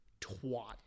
twat